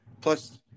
Plus